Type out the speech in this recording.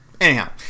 Anyhow